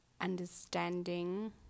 understanding